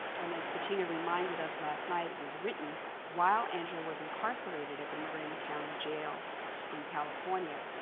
and as patina reminded us last night, it was written while angela was incarcerated at the marin county jail in california.